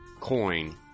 coin